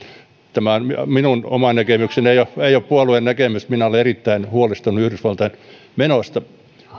tämä on minun oma näkemykseni ei puolueen näkemys minä olen erittäin huolestunut yhdysvaltain menosta